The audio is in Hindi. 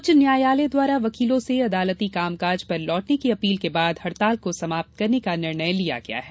उच्च न्यायालय द्वारा वकीलों से अदालती कामकाज पर लौटने की अपील के बाद हड़ताल को समाप्त करने का निर्णय लिया गया है